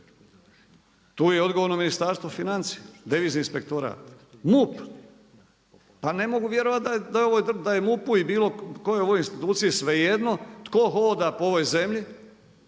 Tu je odgovorno Ministarstvo financija, devizni inspektorat, MUP. Pa ne mogu vjerovati da je MUP-u i bilo kojoj ovoj instituciji svejedno tko hoda po ovoj zemlji,